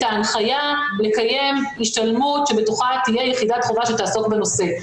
ההנחיה לקיים השתלמות שבתוכה תהיה יחידת חובה שתעסוק בנושא.